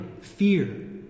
fear